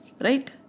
Right